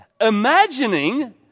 imagining